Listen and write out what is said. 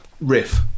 Riff